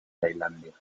tailandia